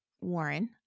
Warren